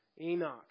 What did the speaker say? Enoch